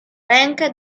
rękę